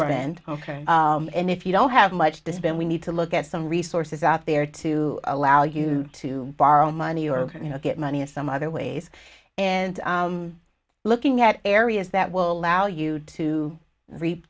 rent and if you don't have much to spend we need to look at some resources out there to allow you to borrow money or you know get money or some other ways and looking at areas that will allow you to reap